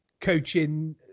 coaching